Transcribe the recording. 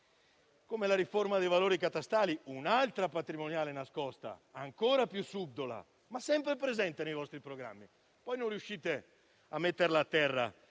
come la riforma dei valori catastali, un'altra patrimoniale nascosta, ancora più subdola, ma sempre presente nei vostri programmi. Poi non riuscite ad attuarla, perché